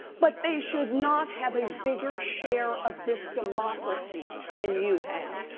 but they should not have a bigger share of this democracy than you have.